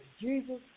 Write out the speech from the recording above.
Jesus